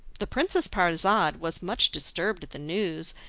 the princess parizade was much disturbed at the news,